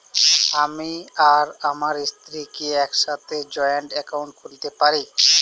আমি আর আমার স্ত্রী কি একসাথে জয়েন্ট অ্যাকাউন্ট খুলতে পারি?